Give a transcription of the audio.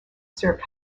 served